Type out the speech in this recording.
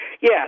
Yes